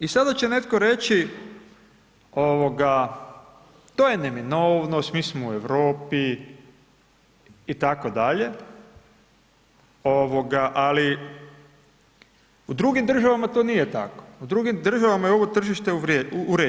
I sada će netko reći to je neminovnost, mi smo u Europi, itd. ali u drugim državama to nije tako, u drugim državama je ovo tržište uređeno.